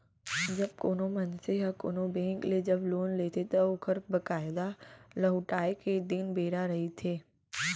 जब कोनो मनसे ह कोनो बेंक ले जब लोन लेथे त ओखर बकायदा लहुटाय के दिन बेरा रहिथे